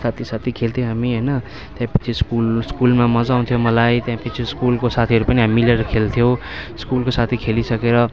साथी साथी खेल्थ्यौँ हामी होइन त्यहाँपिच्छे स्कुल स्कुलमा मजा आउँथ्यो मलाई त्यहाँपिच्छे स्कुलको साथीहरू पनि हामी मिलेर खेल्थ्यौँ स्कुलको साथी खेलिसकेर